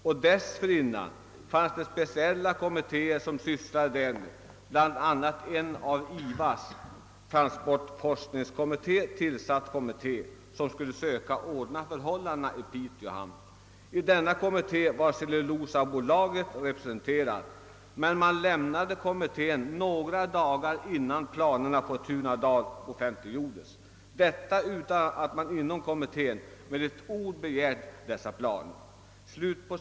Även dessförinnan ägnade sig speciella kommittéer åt denna fråga, bl.a. en av IVA:s transportforskningskommitté tillsatt grupp, som skulle söka ordna förhållandena i Piteå hamn. I denna kommitté var Cellulosabolaget i fråga representerat, men dess företrädare lämnade kommittén några dagar innan planerna på Tunadal offentliggjordes, detta utan att man inom kommittén med ett ord berört dessa planer!